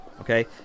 okay